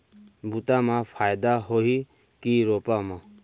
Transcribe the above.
बुता म फायदा होही की रोपा म?